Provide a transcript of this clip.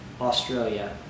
Australia